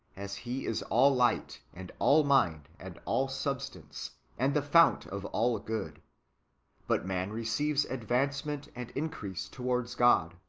as he is all light, and all mind, and all substance, and the fount of all good but man receives advancement and increase towards god.